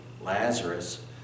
Lazarus